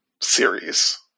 series